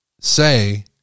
say